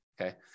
okay